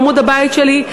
בעמוד הבית שלי,